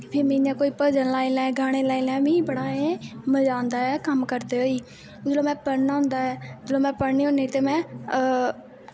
फ्ही इ'यां में भजन लाई लैं गाने लाई लैं मजा आंदा ऐ कम्म करदे होई जिसलै में पढ़ना होंदा ऐ जिसलै में पढ़नी होन्नी ते मैं